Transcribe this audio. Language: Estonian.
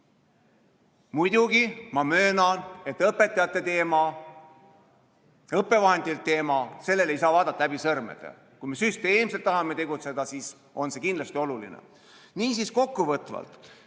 Muidugi, ma möönan, et õpetajate teema, õppevahendite teema – sellele ei saa läbi sõrmede vaadata. Kui me süsteemselt tahame tegutseda, siis on see kindlasti oluline. Niisiis kokkuvõtvalt: